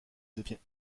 devient